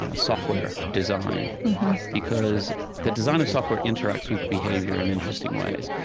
ah software design because the design of software interacts with behavior in interesting ways.